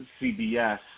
CBS